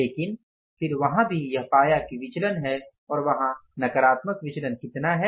लेकिन फिर वहां भी यह पाया कि विचलन हैं और वहाँ नकारात्मक विचलन कितना है